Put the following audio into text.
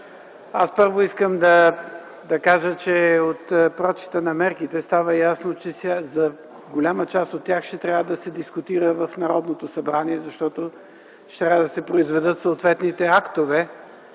Аз първо искам да кажа, че от прочита на мерките става ясно, че за голяма част от тях ще трябва да се дискутира в Народното събрание, защото ще трябва да се произведат съответните актове